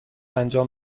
انجام